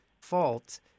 fault